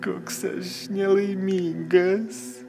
koks aš nelaimingas